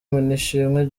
manishimwe